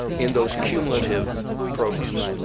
in those cumulative programs.